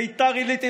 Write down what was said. ביתר עילית,